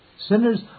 Sinners